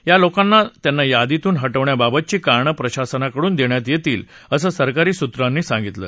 या लोकांना त्यांना यादीतून हविण्याबाबतची कारणं प्रशासनाकडून दव्वात यशीत असं सरकारी सूत्रांनी सांगितलं